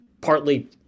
partly